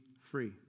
free